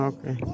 Okay